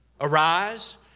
Arise